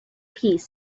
piece